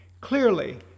Clearly